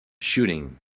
shooting